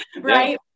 right